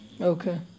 Okay